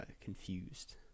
confused